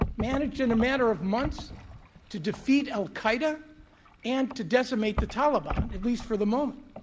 managed in a manner of months to defeat al-qaeda and to decimate the taliban, at least for the moment.